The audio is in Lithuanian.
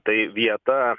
tai vieta